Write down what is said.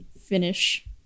finish